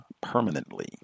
permanently